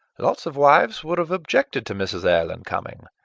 lots of wives would have objected to mrs. erlynne coming.